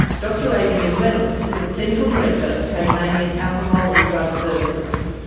dr adrian reynolds is the clinical director of tasmania's alcohol and drug services.